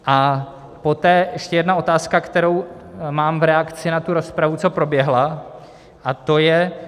A poté ještě jedna otázka, kterou mám v reakci na rozpravu, co proběhla, a to je...